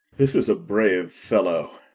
this is a brave fellow.